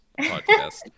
podcast